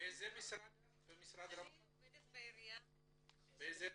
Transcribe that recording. אני עובדת בעיריית עפולה.